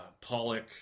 Pollock